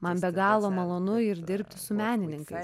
man be galo malonu ir dirbti su menininkais